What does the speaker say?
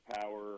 power